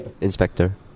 Inspector